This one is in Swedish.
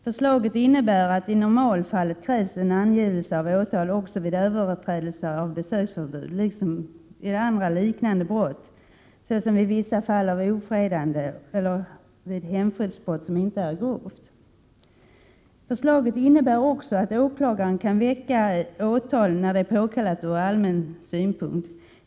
Förslaget innebär att det i normalfallet krävs en angivelse för åtal också vid överträdelse av besöksförbud liksom vid andra liknande brott, såsom vid vissa fall av ofredande och hemfridsbrott som inte är grovt. Förslaget innebär också att åklagaren kan väcka åtal när detta är påkallat ur allmän synpunkt.